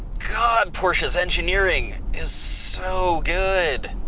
god, porsche's engineering is so good.